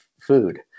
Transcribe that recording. food